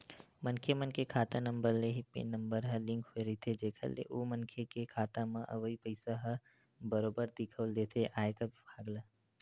मनखे मन के खाता नंबर ले ही पेन नंबर ह लिंक होय रहिथे जेखर ले ओ मनखे के खाता म अवई पइसा ह बरोबर दिखउल देथे आयकर बिभाग ल